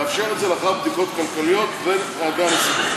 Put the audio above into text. לאפשר את זה לאחר בדיקות כלכליות ודאגה לציבור.